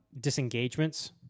disengagements